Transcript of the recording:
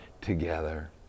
together